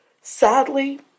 Sadly